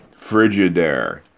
Frigidaire